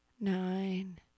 nine